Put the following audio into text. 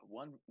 one